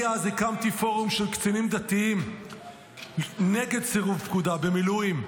אני הקמתי אז פורום של קצינים דתיים נגד סירוב פקודה במילואים,